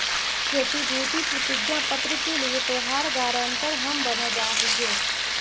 प्रतिभूति प्रतिज्ञा पत्र के लिए तोहार गारंटर हम बन जा हियो